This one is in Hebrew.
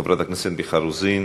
חברת הכנסת מיכל רוזין,